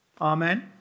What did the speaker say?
Amen